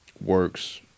works